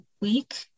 week